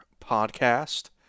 podcast